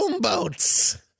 boats